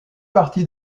partie